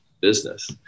business